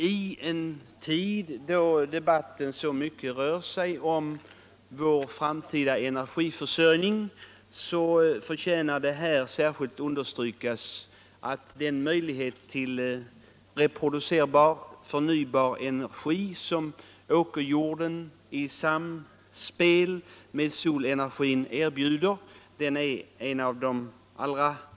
I en tid då debatten så mycket rör sig om vår framtida energiförsörjning förtjänar det särskilt understrykas att åkerjorden i samspel med solenergin erbjuder en möjlighet till förnybar energi.